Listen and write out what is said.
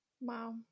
wow